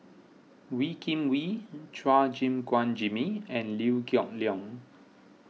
Wee Kim Wee Chua Gim Guan Jimmy and Liew Geok Leong